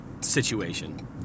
situation